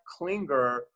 clinger